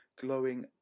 glowing